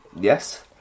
Yes